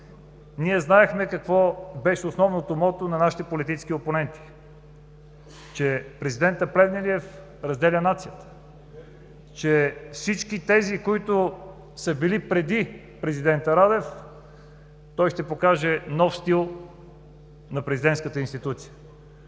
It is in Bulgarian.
ние знаем основното мото на нашите политически опоненти, че президентът Плевнелиев разделя нацията, че за разлика от всички тези, които са били преди президента Радев, той ще покаже нов стил на президентската институция.